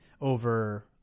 over